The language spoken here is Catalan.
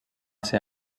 ser